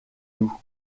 nous